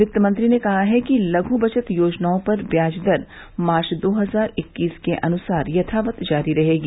वित्तमंत्री ने कहा है कि लघ् बचत योजनाओं पर ब्याज दर मार्च दो हजार इक्कीस के अनुसार यथावत जारी रहेंगी